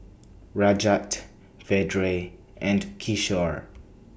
Rajat Vedre and Kishore